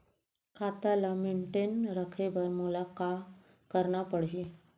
खाता ल मेनटेन रखे बर मोला का करना पड़ही?